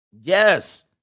yes